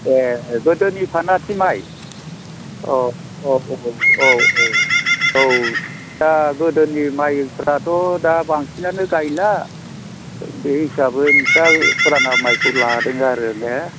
ए गोदोनि फानाथि माइ औ औ औ औ दा गोदोनि माइफ्राथ' दा बांसिनानो गायला बे हिसाबै नोंस्रा फुराना माइखौ लादों आरो ने